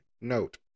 Note